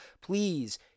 Please